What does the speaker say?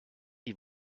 die